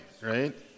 right